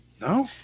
No